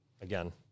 again